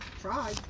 try